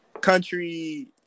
country